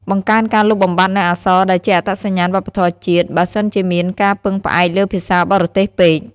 បង្កើនការលុបបំបាត់នូវអក្សរដែលជាអត្តសញ្ញាណវប្បធម៌ជាតិ បើសិនជាមានការពឹងផ្អែកលើភាសាបរទេសពេក។